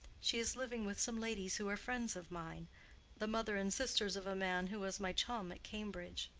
she is living with some ladies who are friends of mine the mother and sisters of a man who was my chum at cambridge.